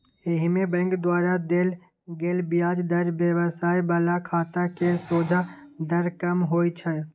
एहिमे बैंक द्वारा देल गेल ब्याज दर व्यवसाय बला खाता केर सोंझा दर कम होइ छै